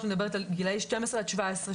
אני מדברת על גילאי 12 עד 17,